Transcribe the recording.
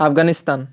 Afghanistan